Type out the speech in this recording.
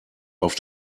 auf